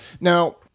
Now